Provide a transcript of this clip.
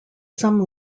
some